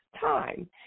time